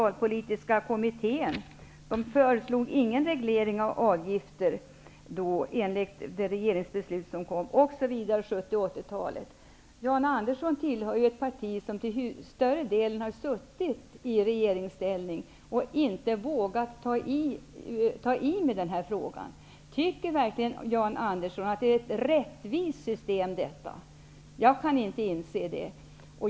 År 1963 föreslog regeringen ingen reglering av avgifter på grundval av Socialpolitiska kommitténs resultat. Frågan fick fortsatt behandling under 70 och 80 Jan Andersson tillhör ett parti som suttit i regeringsställning under större delen av denna tid, men som inte har vågat ta tag i den här frågan. Tycker Jan Andersson verkligen att det nuvarande systemet är rättvist? Jag kan inte inse det.